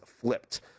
flipped